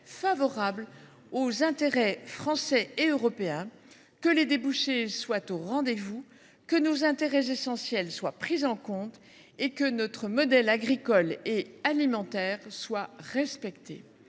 favorables aux intérêts français et européens, que les débouchés soient au rendez vous, que nos intérêts essentiels soient pris en compte et que notre modèle agricole et alimentaire soit respecté.